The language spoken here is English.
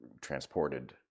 transported